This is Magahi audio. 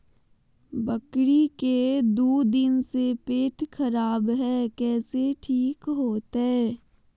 बकरी के दू दिन से पेट खराब है, कैसे ठीक होतैय?